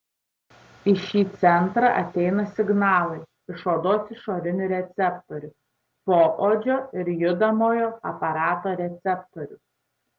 į šį centrą ateina signalai iš odos išorinių receptorių poodžio ir judamojo aparato receptorių